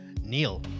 Neil